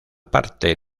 parte